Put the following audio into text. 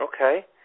Okay